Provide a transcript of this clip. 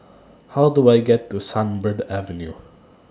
How Do I get to Sunbird Avenue